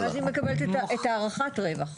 ואז היא מקבלת את הערכת הרווח.